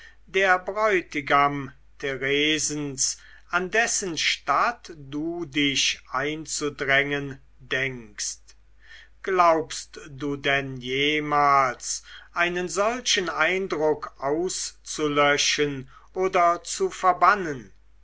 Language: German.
der bräutigam theresens an dessen statt du dich einzudrängen denkst glaubst du denn jemals einen solchen eindruck auszulöschen oder zu verbannen